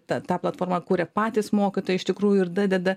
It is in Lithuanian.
tą tą platformą kuria patys mokytojai iš tikrųjų ir dadeda